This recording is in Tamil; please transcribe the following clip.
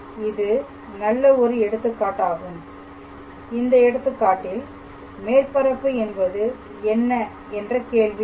இது நல்ல ஒரு எடுத்துக்காட்டாகும் இந்த எடுத்துக்காட்டில் மேற்பரப்பு என்பது என்ன என்ற கேள்வி எழும்